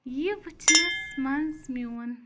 یہِ وُچھنس منٛز میٛون